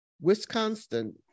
Wisconsin